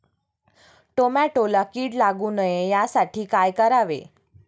टोमॅटोला कीड लागू नये यासाठी काय करावे?